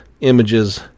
images